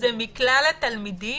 זה מכלל התלמידים?